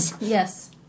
Yes